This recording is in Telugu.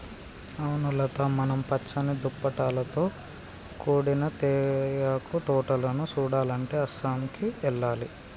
అవును లత మనం పచ్చని దుప్పటాలతో కూడిన తేయాకు తోటలను సుడాలంటే అస్సాంకి ఎల్లాలి